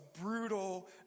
brutal